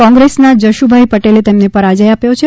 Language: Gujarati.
કોગ્રેસના જશુભાઇ પટેલે તેમને પરાજય આપ્યો છે